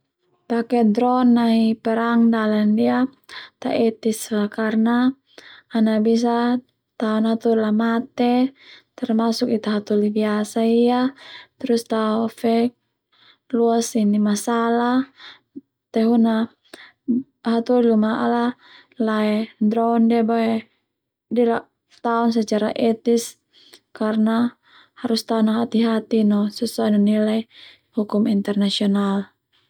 Pake dron nai perang Dale ndia ana bisa tao na hatoli la mate termasuk Ita hatoli biasa ia, terus tao fe luas masalah tehuna na hatoli luma lae dron ia taon secara etis karna tao no hati-hati no sesuai no nilai hukum internasional.